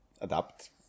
adapt